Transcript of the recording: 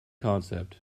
concept